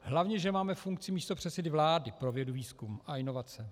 Hlavně že máme funkci místopředsedy vlády pro vědu, výzkum a inovace.